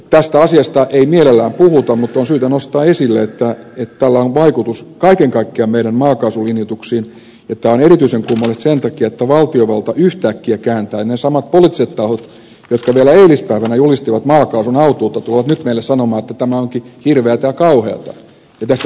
tästä asiasta ei mielellään puhuta mutta on syytä nostaa esille että tällä on vaikutus kaiken kaikkiaan meidän maakaasulinjoituksiimme ja tämä on erityisen kummallista sen takia että valtiovalta yhtäkkiä kääntää kelkkansa ne samat poliittiset tahot jotka vielä eilispäivänä julistivat maakaasun autuutta tulevat nyt meille sanomaan että tämä onkin hirveätä ja kauheata ja tästä pitää päästä eroon